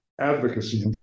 advocacy